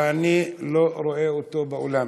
ואני לא רואה אותו באולם.